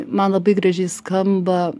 man labai gražiai skamba